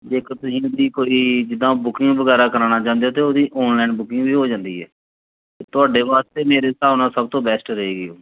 ਜੇਕਰ ਤੁਸੀਂ ਕੋਈ ਜਿੱਦਾਂ ਬੁਕਿੰਗ ਵਗੈਰਾ ਕਰਾਉਣਾ ਚਾਹੁੰਦੇ ਤਾਂ ਉਹਦੀ ਔਨਲਾਈਨ ਬੁਕਿੰਗ ਵੀ ਹੋ ਜਾਂਦੀ ਏ ਤੁਹਾਡੇ ਵਾਸਤੇ ਮੇਰੇ ਹਿਸਾਬ ਨਾਲ ਸਭ ਤੋਂ ਬੈਸਟ ਰਹੇਗੀ ਉਹ